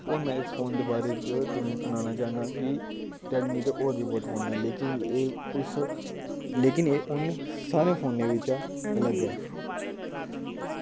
और में इस फोन दे बारे च तुसें सनाना चाह्नां की रेडमी दे होर वी बोह्त फोन न लेकिन एह् उस लेकिन एह् उन सारें फोनें विच्चा अलग ऐ